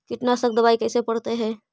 कीटनाशक दबाइ कैसे पड़तै है?